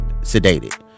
sedated